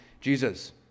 Jesus